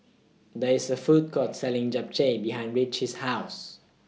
There IS A Food Court Selling Japchae behind Ritchie's House